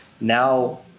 now